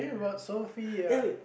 eh but Sophie ah